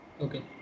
okay